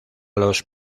los